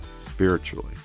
spiritually